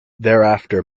thereafter